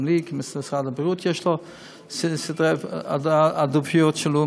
גם לי כמשרד הבריאות יש סדרי עדיפויות משלי.